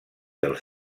els